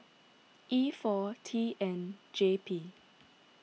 E four T N J P